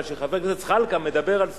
אבל כשחבר הכנסת זחאלקה מדבר על סוריה,